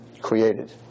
created